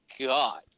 God